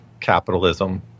Capitalism